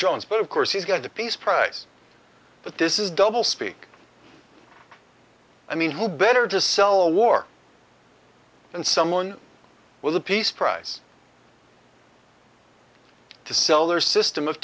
drones but of course he's got the peace prize but this is double speak i mean who better to sell a war and someone with a peace prize to sell or system of